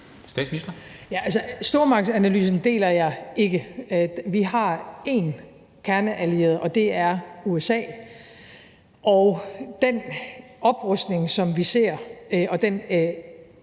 Altså, stormagtsanalysen deler jeg ikke. Vi har én kerneallieret, og det er USA. Den oprustning, som vi ser, og den